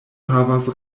havas